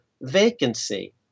vacancy